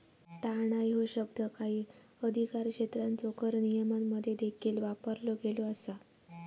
टाळणा ह्यो शब्द काही अधिकारक्षेत्रांच्यो कर नियमांमध्ये देखील वापरलो गेलो असा